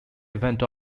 event